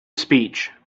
speech